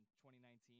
2019